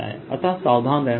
अतः सावधान रहना होगा